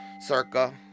circa